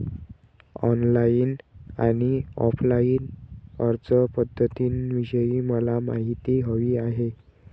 online आणि offline अर्जपध्दतींविषयी मला माहिती हवी आहे